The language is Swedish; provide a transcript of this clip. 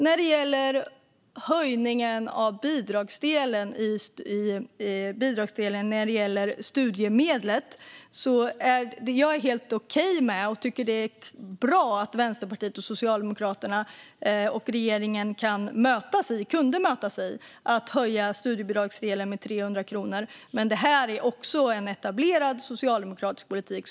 När det gäller höjningen av studiemedlets bidragsdel var det bra att Vänsterpartiet och regeringen kunde mötas i att höja den med 300 kronor. Men det är också en etablerad socialdemokratisk politik.